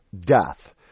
death